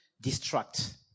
distract